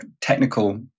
technical